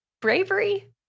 Bravery